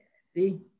See